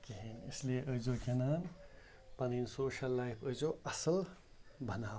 کِہیٖنۍ اِسلیے ٲسۍزیو گِنٛدان پَنٕنۍ سوشل لایف ٲسۍزیو اَصٕل بناوان